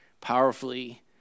powerfully